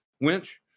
winch